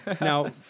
Now